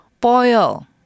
Boil